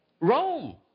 Rome